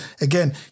again